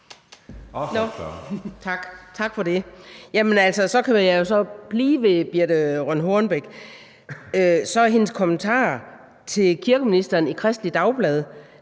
Tak for det. Jeg kan så blive ved Birthe Rønn Hornbech. I hendes kommentar til kirkeministeren i Kristeligt Dagblad